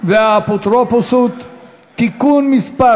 והאפוטרופסות (תיקון מס'